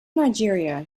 nigeria